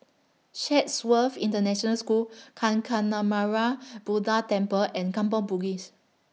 Chatsworth International School Kancanarama Buddha Temple and Kampong Bugis